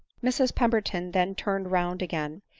mrs pemberton then turned round again,